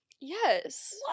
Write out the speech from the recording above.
Yes